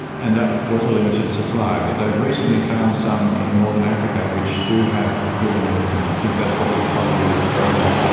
and that was a limited supply. but they've recently found some in northern africa which do have helium with them, i think that's what you are probably referring referring to.